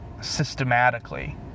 Systematically